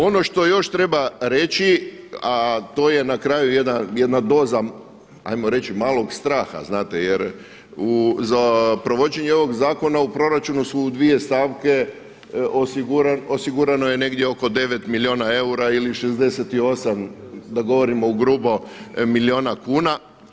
Ono što još treba reći, a to je na kraju jedna doza hajmo reći malog straha, znate jer za provođenje ovog zakona u proračunu su u dvije stavke osigurano je negdje oko 9 milijuna eura ili 68, da govorimo u grubo milijuna kuna.